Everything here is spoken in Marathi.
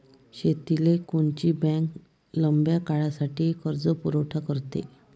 शेतीले कोनची बँक लंब्या काळासाठी कर्जपुरवठा करते?